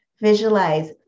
visualize